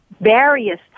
various